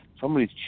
somebody's